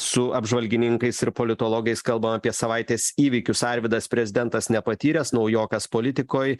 su apžvalgininkais ir politologais kalbam apie savaitės įvykius arvydas prezidentas nepatyręs naujokas politikoj